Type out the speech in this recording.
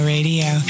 Radio